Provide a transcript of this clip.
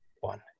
one